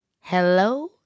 Hello